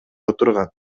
отурган